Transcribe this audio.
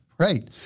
Right